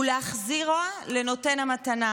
ולהחזירה לנותן המתנה,